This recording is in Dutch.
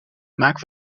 maak